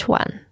one